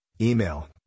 email